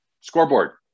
Scoreboard